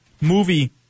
movie